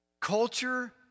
Culture